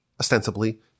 ostensibly